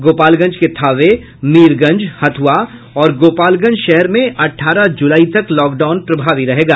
गोपालगंज के थावे मीरगंज हथ्युआ और गोपालगंज शहर में अठारह जुलाई तक लॉकडाउन प्रभावी रहेगा